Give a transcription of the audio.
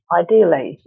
ideally